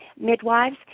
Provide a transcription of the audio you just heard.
midwives